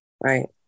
Right